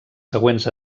següents